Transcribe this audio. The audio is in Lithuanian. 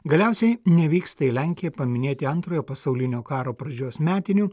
galiausiai nevyksta į lenkiją paminėti antrojo pasaulinio karo pradžios metinių